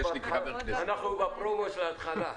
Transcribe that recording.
אנחנו בפרומו של ההתחלה.